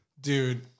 Dude